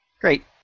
great